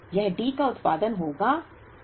यह D का उत्पादन होगा